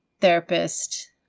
therapist